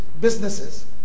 businesses